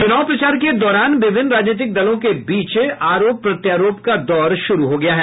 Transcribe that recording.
चुनाव प्रचार के दौरान विभिन्न राजनीतिक दलों के बीच आरोप प्रत्यारोप शुरू हो गया है